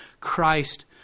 Christ